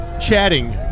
chatting